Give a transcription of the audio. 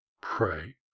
Pray